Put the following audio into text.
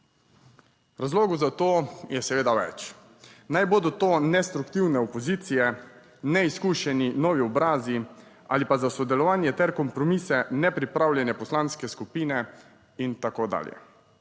Razlogov za to je seveda več, naj bodo to destruktivne opozicije, neizkušeni novi obrazi ali pa za sodelovanje ter kompromise nepripravljene poslanske skupine in tako dalje.